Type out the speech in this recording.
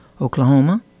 Oklahoma